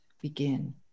begin